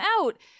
out